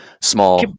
small